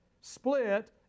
split